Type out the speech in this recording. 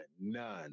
none